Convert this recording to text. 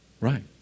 Right